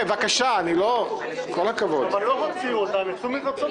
אבל לא הוציאו אותם, הם יצאו מרצונם.